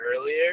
earlier